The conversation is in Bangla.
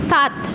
সাত